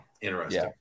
Interesting